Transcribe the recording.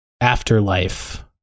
afterlife